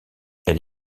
elle